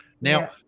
Now